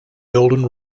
golden